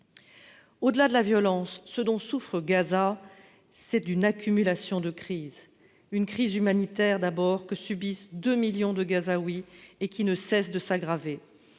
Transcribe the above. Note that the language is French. Au-delà de la violence, ce dont souffre Gaza, c'est d'une accumulation de crises. Une crise humanitaire tout d'abord : subie par 2 millions de Gazaouis, elle ne cesse de s'aggraver.